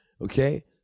okay